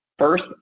First